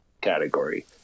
category